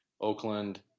Oakland